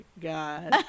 god